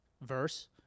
verse